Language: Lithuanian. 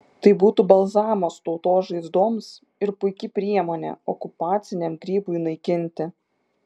tai būtų balzamas tautos žaizdoms ir puiki priemonė okupaciniam grybui naikinti